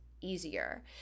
easier